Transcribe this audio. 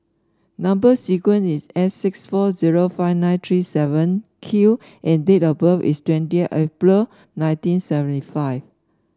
number sequence is S six four zero five nine three seven Q and date of birth is twenty April nineteen seventy five